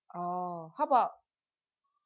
oh how about